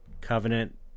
covenant